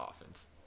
offense